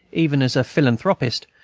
even as a philanthropist,